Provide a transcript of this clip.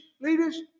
leaders